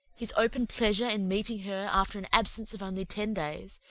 his open pleasure in meeting her after an absence of only ten days,